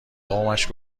قومش